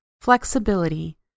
flexibility